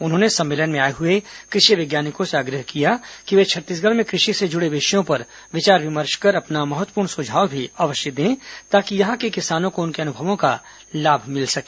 उन्होंने सम्मेलन में आए हुए कृषि थैज्ञानिकों से आग्रह किया कि ये छत्तीसगढ़ में कृषि से जुड़े विषयों पर विचार विमर्श कर अपना महत्वपूर्ण सुझाव भी अवश्य दें ताकि यहां के किसानों को उनके अनुभवों का लाभ मिल सके